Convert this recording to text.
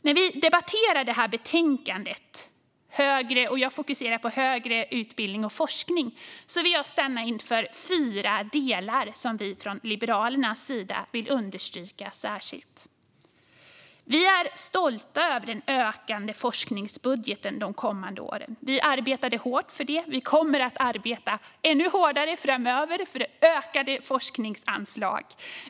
När vi debatterar detta betänkande - jag fokuserar på högre utbildning och forskning - vill jag stanna inför fyra delar som vi från Liberalernas sida vill understryka särskilt. Vi är stolta över de kommande årens ökning av forskningsbudgeten. Vi arbetade hårt för den, och vi kommer att arbeta ännu hårdare framöver för ökade forskningsanslag.